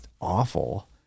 Awful